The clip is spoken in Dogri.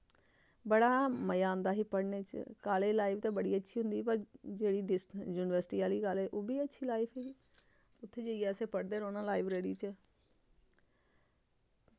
बड़ा मजा आंदा ही पढ़ने च कालज लाइफ ते बड़ी अच्छी होंदी पर जेह्ड़ी डिसटैंस युनिवर्सिटी आह्ली गल्ल ओह् बी अच्छी लाइफ ही उत्थै जाइयै असें पढ़दे रौह्ना लाइब्रेरी च